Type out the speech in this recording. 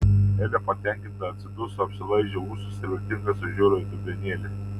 elė patenkinta atsiduso apsilaižė ūsus ir viltingai sužiuro į dubenėlį